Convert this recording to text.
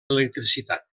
electricitat